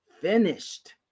finished